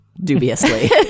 dubiously